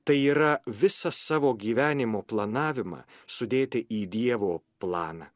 tai yra visą savo gyvenimo planavimą sudėti į dievo planą